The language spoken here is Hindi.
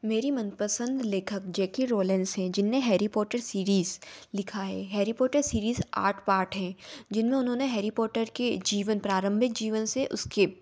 मेरी मनपसंद लेखक जे के रोलेन्स हैं जिन्हें हैरी पोटर सीरीज़ लिखा है हैरी पोटर सीरीज़ आठ पार्ट है जिनमें उन्होंने हैरी पोटर के जीवन प्रारम्भिक जीवन से उसके